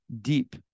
deep